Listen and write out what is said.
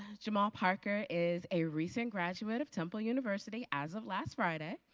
jamal parker is a recent graduate of temple university as of last friday.